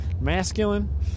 masculine